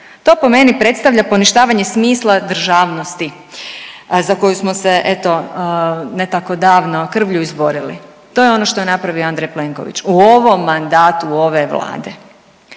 To po meni predstavlja poništavanje smisla državnosti za koju smo se eto ne tako davno krvlju izborili. To je ono što je napravio Andrej Plenković u ovom mandatu ove Vlade.